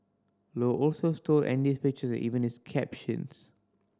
Low also stole Andy's pictures and even his captions